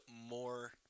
more